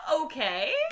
okay